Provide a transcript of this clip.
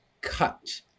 cut